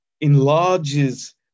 enlarges